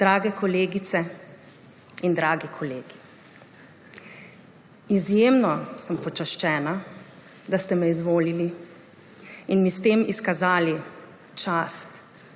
Drage kolegice in dragi kolegi! Izjemno sem počaščena, da ste me izvolili in mi s tem izkazali čast,